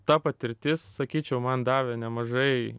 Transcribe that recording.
ta patirtis sakyčiau man davė nemažai